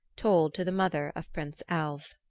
told to the mother of prince alv.